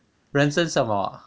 人生什么